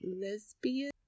Lesbian